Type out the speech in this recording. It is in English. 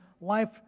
life